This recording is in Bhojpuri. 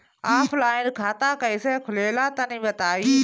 ऑफलाइन खाता कइसे खुलेला तनि बताईं?